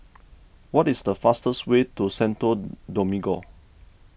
what is the fastest way to Santo Domingo